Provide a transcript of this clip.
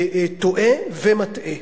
טועה ומטעה.